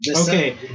Okay